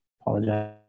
apologize